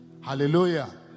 hallelujah